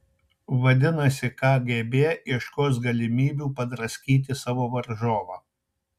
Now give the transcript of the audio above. vadinasi kgb ieškos galimybių padraskyti savo varžovą